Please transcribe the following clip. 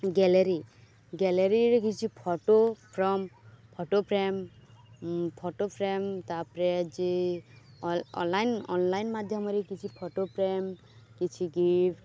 gallery ଗ୍ୟାଲେରୀରେ କିଛି photo frame photo frame photo frame ତାପରେ ଯେ ଅଲାଇନ୍ ଅନଲାଇନ୍ ମାଧ୍ୟମରେ କିଛି ଫଟୋ ଫ୍ରେମ୍ କିଛି ଗିଫ୍ଟ